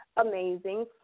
amazing